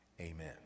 Amen